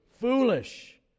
foolish